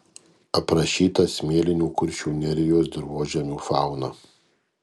aprašyta smėlinių kuršių nerijos dirvožemių fauna